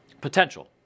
Potential